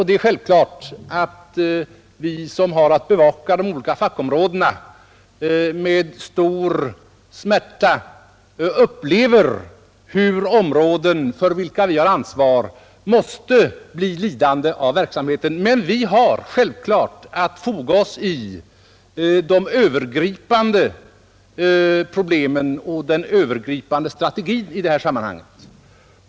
Det är självklart att vi som har att bevaka de olika fackområdena med stor smärta upplever hur områden för vilka vi har ansvar måste bli lidande därav. Men vi måste naturligtvis foga oss i de övergripande problemen och den övergripande strategin i detta sammanhang.